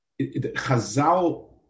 Chazal